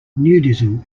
nudism